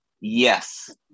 yes